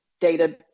data